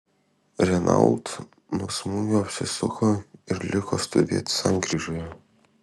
renault nuo smūgio apsisuko ir liko stovėti sankryžoje